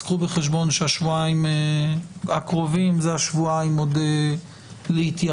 אז קחו בחשבון שהשבועיים הקרובים הם השבועיים להתייחס,